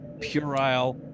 puerile